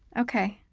okay.